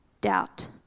doubt